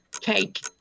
Cake